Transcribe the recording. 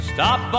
Stop